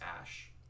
ash